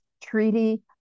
Treaty